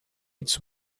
its